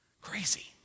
Crazy